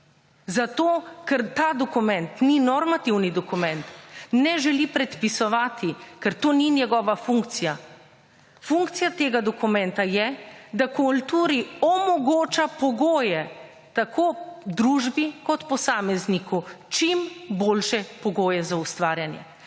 zato ker ta dokument ni normativni dokument, ne želi predpisovati, ker to ni njegova funkcija. Funkcija tega dokumenta je, da kulturi omogoča pogoje tako družbi kot posamezniku čim boljše pogoje za ustvarjanje.